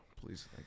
please